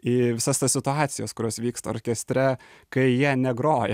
į visas tas situacijas kurios vyksta orkestre kai jie negroja